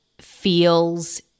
feels